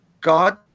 God